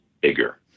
bigger